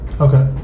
Okay